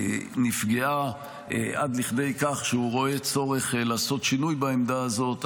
נפגעה עד כדי כך שהוא רואה צורך לעשות שינוי בעמדה הזאת,